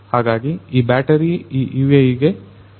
ಹಾಗಾಗಿ ಈ ಬ್ಯಾಟರಿ ಈ UAVಗೆ ಜೋಡಿಸಲಾಗಿದೆ